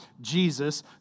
Jesus